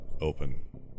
open